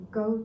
go